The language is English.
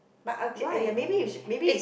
but okay uh ya maybe you should maybe